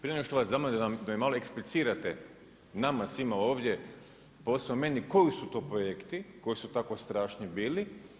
Prije nego što vas zamolim da mi malo eksplicirate nama svima ovdje, posebno meni, koji su to projekti, koji su tako strašni bili.